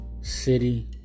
city